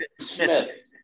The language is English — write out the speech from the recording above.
Smith